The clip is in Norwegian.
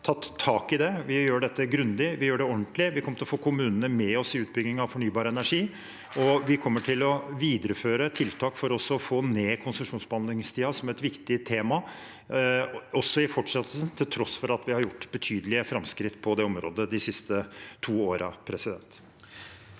Vi har tatt tak i det. Vi gjør dette grundig, og vi gjør det ordentlig. Vi kommer til å få kommunene med oss i utbyggingen av fornybar energi, og vi kommer til å videreføre tiltak for å få ned konsesjonsbehandlingstiden som et viktig tema også i fortsettelsen, til tross for at vi har gjort betydelige framskritt på det området de siste to årene. Presidenten